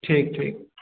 ठीक ठीक